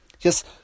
Yes